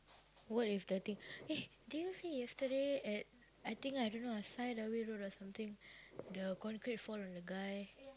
what if the thing eh did you see yesterday at I think I don't know at side a way road or something the concrete fall on the guy